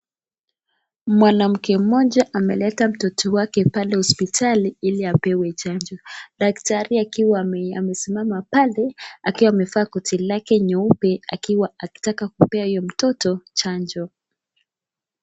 Mwanamke mmoja ameleta mtoto wake pale hospitali ili apewe chanjo. Daktari akiwa amesimama pale akiwa amevaa koti lake nyeupe akiwa akitaka kumpea huyo mtoto chanjo.